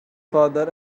father